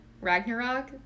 ragnarok